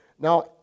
Now